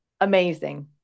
Amazing